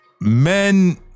Men